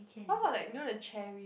how about like you know the cherry